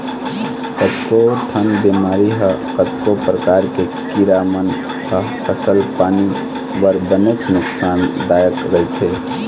कतको ठन बेमारी ह कतको परकार के कीरा मन ह फसल पानी बर बनेच नुकसान दायक रहिथे